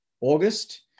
August